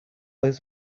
his